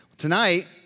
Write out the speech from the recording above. Tonight